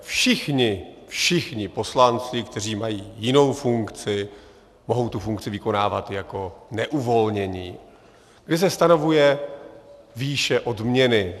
Všichni, všichni poslanci, kteří mají jinou funkci, mohou tu funkci vykonávat jako neuvolnění, kdy se stanovuje výše odměny.